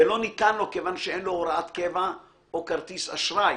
ולא ניתן לו כיוון שאין לו הוראת קבע או כרטיס אשראי,